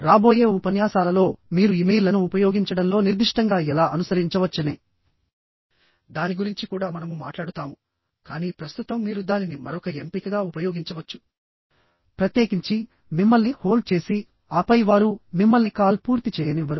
రాబోయే ఉపన్యాసాలలోమీరు ఇమెయిల్లను ఉపయోగించడంలో నిర్దిష్టంగా ఎలా అనుసరించవచ్చనే దాని గురించి కూడా మనము మాట్లాడుతాముకానీ ప్రస్తుతం మీరు దానిని మరొక ఎంపికగా ఉపయోగించవచ్చుప్రత్యేకించి మిమ్మల్ని హోల్డ్ చేసి ఆపై వారు మిమ్మల్ని కాల్ పూర్తి చేయనివ్వరు